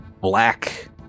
black